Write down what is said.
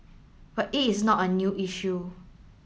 but it is not a new issue